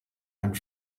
einen